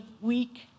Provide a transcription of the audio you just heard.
week